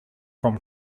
from